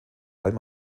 allem